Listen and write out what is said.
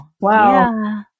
Wow